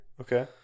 okay